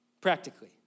Practically